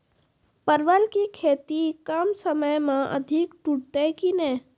परवल की खेती कम समय मे अधिक टूटते की ने?